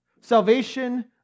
Salvation